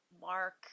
Mark